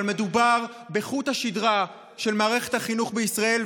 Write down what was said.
אבל מדובר בחוט השדרה של מערכת החינוך בישראל,